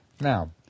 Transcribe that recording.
Now